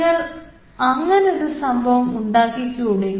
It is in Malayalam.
നിങ്ങൾക്ക് അങ്ങനെ ഒരു സംഭവം ഉണ്ടാക്കിക്കൂടെ